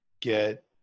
get